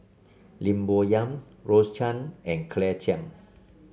Lim Bo Yam Rose Chan and Claire Chiang